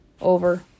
Over